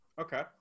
Okay